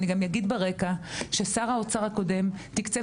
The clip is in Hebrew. אני גם אגיד ברקע ששר האוצר הקודם תקצב